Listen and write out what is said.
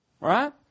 Right